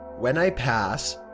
when i pass,